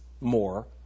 more